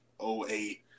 08